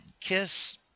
KISS